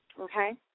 Okay